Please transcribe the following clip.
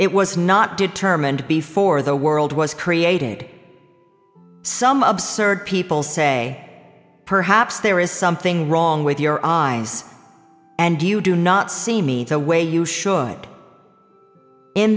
it was not determined before the world was created some absurd people say perhaps there is something wrong with your eyes and you do not see me the way you should in